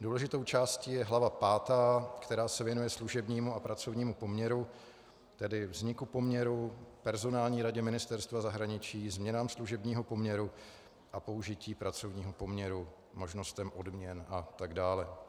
Důležitou částí je hlava pátá, která se věnuje služebnímu a pracovnímu poměru, tedy vzniku poměru, personální radě Ministerstva zahraničí, změnám služebního poměru a použití pracovního poměru, možnostem odměn a tak dále.